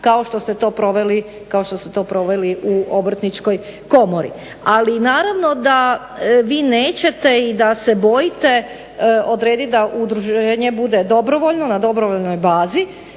kao što ste to proveli u Obrtničkoj komori. Ali naravno da vi nećete i da se bojite odrediti da udruženje bude na dobrovoljnoj bazi